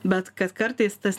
bet kad kartais tas